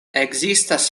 ekzistas